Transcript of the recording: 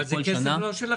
זה לא כסף שלכם,